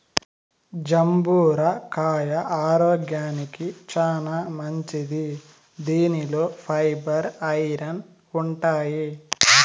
జంబూర కాయ ఆరోగ్యానికి చానా మంచిది దీనిలో ఫైబర్, ఐరన్ ఉంటాయి